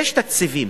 יש תקציבים